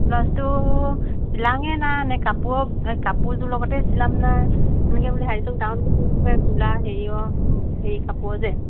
ব্লাউছটো চিলাঙে না নে কাপোৰ কাপোৰযোৰ লগতেই চিলাম না এনেকৈ বুলি ভাবিছো এনেকৈ কোলা হেৰিয় হেৰি কাপোৰ যে